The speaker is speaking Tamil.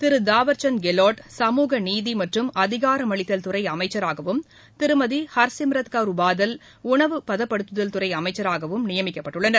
திரு தாவர்சந்த் கெலாட் சமூக நீதி மற்றும் அதிகாரமளித்தல் துறை அமைச்சராகவும் திருமதி ஹர்சிம்ரத் கௌர் பாதல் உணவு பதப்படுத்துதல் துறை அமைச்சராகவும் நியமிக்கப்பட்டுள்ளனர்